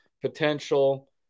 potential